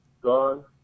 gone